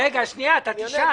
רגע, אתה תשאל.